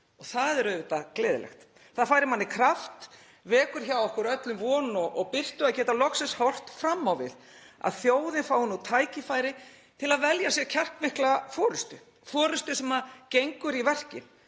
og það er auðvitað gleðilegt. Það færir manni kraft, og vekur hjá okkur öllum von og birtu, að geta loksins horft fram á við, að þjóðin fái nú tækifæri til að velja sér kjarkmikla forystu, forystu sem gengur í verkin.